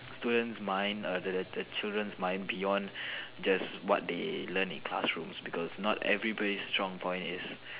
student's mind err the the the children's mind beyond just what they learn in classrooms because not everybody's strong point is